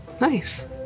Nice